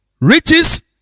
riches